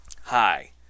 Hi